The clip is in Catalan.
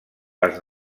les